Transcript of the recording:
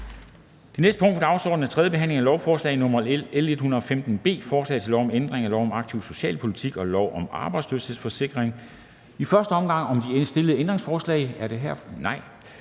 Det næste punkt på dagsordenen er: 14) 3. behandling af lovforslag nr. L 115 B: Forslag til lov om ændring af lov om aktiv socialpolitik og lov om arbejdsløshedsforsikring m.v. (Sanktion for jobparate ledige, der